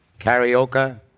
Karaoke